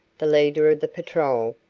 the leader of the patrol,